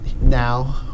now